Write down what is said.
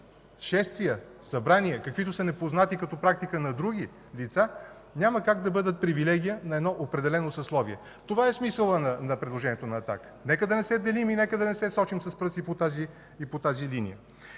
събрания, каквито са непознати като практика на други лица, няма как да бъдат привилегия на едно определено съсловие. Това е смисълът на предложението на „Атака”. Нека да не се делим и нека да не се сочим с пръсти и по тази линия.